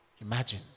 Imagine